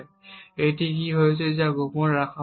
এবং একটি কী রয়েছে যা গোপন রাখা হয়